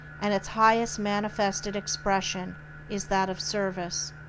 and its highest manifested expression is that of service.